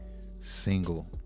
single